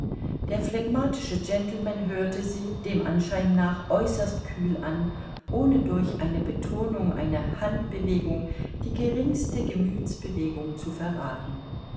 der phlegmatische gentleman hörte sie dem anschein nach äußerst kühl an ohne durch eine betonung eine handbewegung die geringste gemüthsbewegung zu verrathen